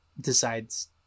decides